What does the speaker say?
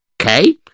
Okay